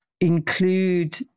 include